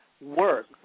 work